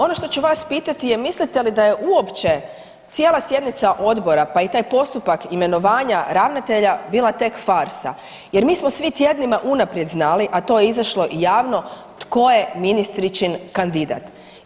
Ono što ću vas pitati je mislite li da je uopće cijela sjednica odbora, pa i taj postupak imenovanja ravnatelja bila tek farsa, jer mi smo svi tjednima unaprijed znali, a to je izašlo i javno tko je ministričin kandidat.